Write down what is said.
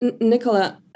Nicola